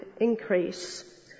increase